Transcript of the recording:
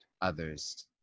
others